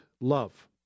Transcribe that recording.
love